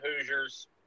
Hoosiers